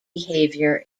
behavior